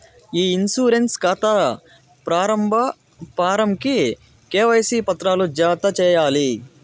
ఇ insurance కాతా ప్రారంబ form కి కేవైసీ పత్రాలు జత చేయాలి